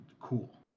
cool